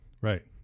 Right